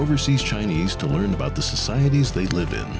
overseas chinese to learn about the societies they live in